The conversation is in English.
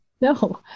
No